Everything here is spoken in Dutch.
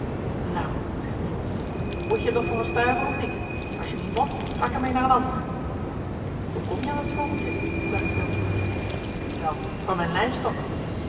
nou zegt de jongen moet je hem nog voor een stuiver of niet als je hem niet mot ga ik er mee naar een ander hoe kom je aan dat vogeltje vraagt jan's moeder wel van mijn